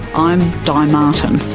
i'm di martin